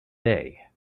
day